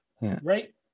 right